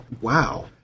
Wow